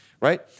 Right